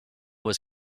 was